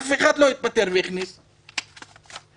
אף אחד לא התפטר ונכנס מישהו במקומו.